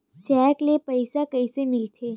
Cheque ले पईसा कइसे मिलथे?